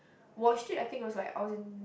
watched it I think I was like I was in